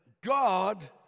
God